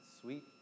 sweet